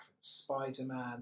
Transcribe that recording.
spider-man